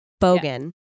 bogan